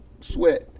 sweat